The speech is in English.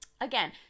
again